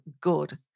good